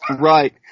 Right